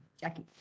Jackie